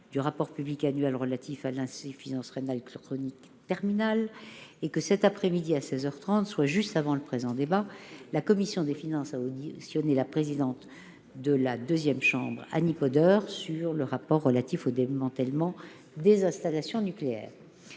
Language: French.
du rapport public annuel relatif à l'insuffisance rénale chronique terminale, et que cet après-midi à seize heures trente, juste avant le présent débat, la commission des finances a auditionné la présidente de la deuxième chambre, Annie Podeur, sur le rapport relatif au démantèlement des installations nucléaires.